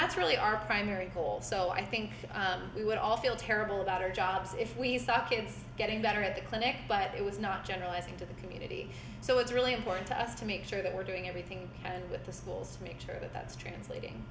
that's really our primary goal so i think we would all feel terrible about our jobs if we stop kids getting better at the clinic but it was not generalizing to the community so it's really important to us to make sure that we're doing everything with the schools make sure that that's translating